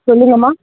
சொல்லுங்க அம்மா